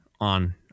on